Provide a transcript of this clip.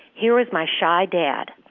here was my shy dad,